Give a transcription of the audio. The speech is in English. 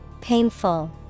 Painful